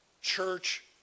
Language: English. Church